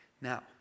Now